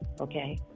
Okay